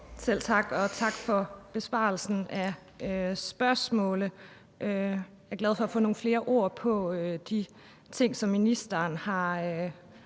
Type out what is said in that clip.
Selv tak, og tak for besvarelsen af spørgsmålet. Jeg er glad for at få nogle flere ord på de ting, som ministeren